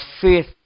faith